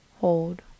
Hold